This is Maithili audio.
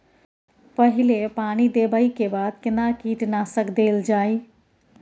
पहिले पानी देबै के बाद केना कीटनासक देल जाय?